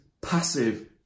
passive